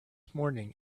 morning